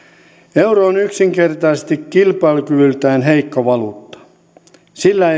euro on yksinkertaisesti kilpailukyvyltään heikko valuutta sillä